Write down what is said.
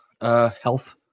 health